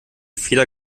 feder